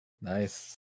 Nice